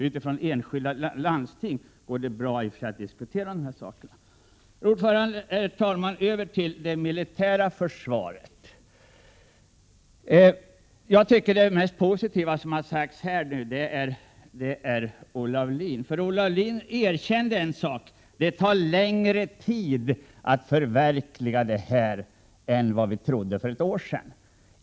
Ute hos enskilda landsting går det bra att diskutera dessa saker. Herr talman! Över till det militära försvaret. Det mest positiva i dagens debatt hittills var några ord av Olle Aulin. Han erkände en sak: Det tar längre tid att förverkliga planerna än vad vi trodde för ett år sedan.